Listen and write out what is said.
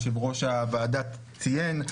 יו"ר הוועדה ציין,